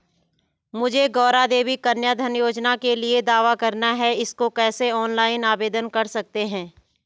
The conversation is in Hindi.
मुझे गौरा देवी कन्या धन योजना के लिए दावा करना है इसको कैसे ऑनलाइन आवेदन कर सकते हैं?